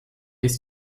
ist